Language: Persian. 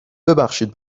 ببخشید